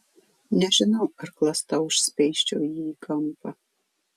nežinau ar klasta užspeisčiau jį į kampą